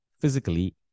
physically